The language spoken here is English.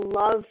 love